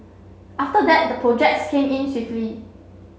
after that the projects came in swiftly